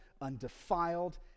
undefiled